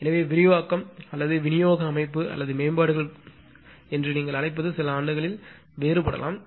எனவே விரிவாக்கம் அல்லது விநியோக அமைப்பு அல்லது மேம்பாடுகள் என்று சில ஆண்டுகளில் வேறுபடலாம்